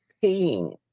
paying